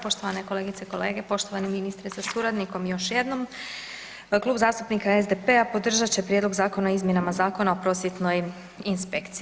Poštovane kolegice i kolege, poštovani ministre sa suradnikom još jednom, Klub zastupnika SDP-a podržat će Prijedlog Zakona o izmjenama Zakona o prosvjetnoj inspekciji.